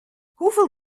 hoeveel